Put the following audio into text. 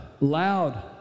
loud